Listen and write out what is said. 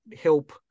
help